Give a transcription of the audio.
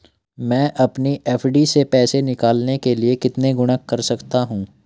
मैं अपनी एफ.डी से पैसे निकालने के लिए कितने गुणक कर सकता हूँ?